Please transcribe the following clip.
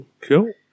Cool